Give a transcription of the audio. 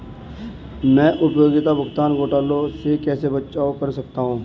मैं उपयोगिता भुगतान घोटालों से कैसे बचाव कर सकता हूँ?